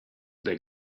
their